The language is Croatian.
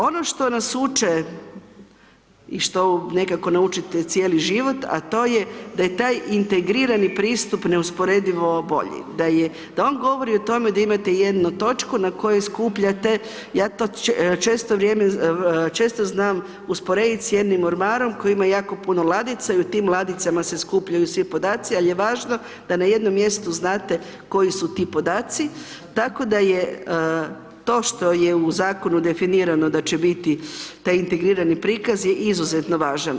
Ono što nas uče i što nekako naučite cijeli život, a to je da je taj integrirani pristup neusporedivo bolji, da on govori o tome da imate jednu točku na kojoj skupljate, ja to često vrijeme, često znam usporediti s jednim ormarom koji ima jako puno ladica i u tim ladicama se skupljaju svi podaci, al je važno da na jednom mjestu znate koji su ti podaci, tako da je to što je u zakonu definirano da će biti taj integrirani prikaz je izuzetno važan.